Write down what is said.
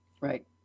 Right